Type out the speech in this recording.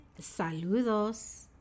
Saludos